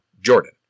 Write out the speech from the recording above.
Jordan